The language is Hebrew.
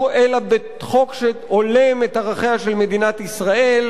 אלא בחוק שהולם את ערכיה של מדינת ישראל,